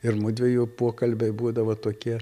ir mudviejų pokalbiai būdavo tokie